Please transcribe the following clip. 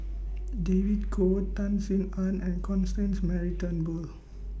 David Kwo Tan Sin Aun and Constance Mary Turnbull